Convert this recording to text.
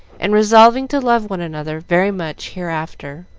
and resolving to love one another very much hereafter.